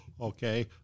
okay